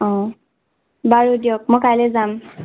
অঁ বাৰু দিয়ক মই কাইলৈ যাম